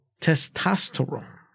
testosterone